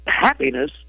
happiness